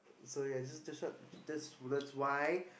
so ya just show just that's why